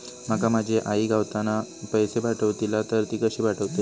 माका माझी आई गावातना पैसे पाठवतीला तर ती कशी पाठवतली?